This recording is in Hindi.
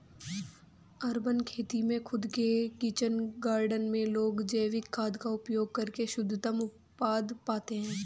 अर्बन खेती में खुद के किचन गार्डन में लोग जैविक खाद का उपयोग करके शुद्धतम उत्पाद पाते हैं